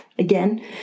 Again